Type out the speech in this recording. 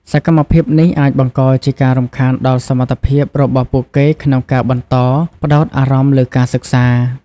សកម្មភាពនេះអាចបង្កជាការរំខានដល់សមត្ថភាពរបស់ពួកគេក្នុងការបន្តផ្តោតអារម្មណ៍លើការសិក្សា។